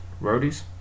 Roadies